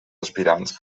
aspirants